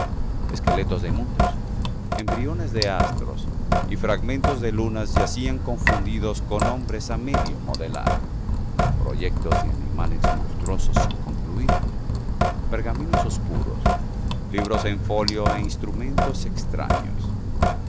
esqueletos de mundos embriones de astros y fragmentos de lunas yacían confundidos con hombres á medio modelar proyectos de animales monstruosos sin concluir pergaminos oscuros libros en folio é instrumentos extraños